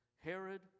Herod